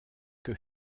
que